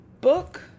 book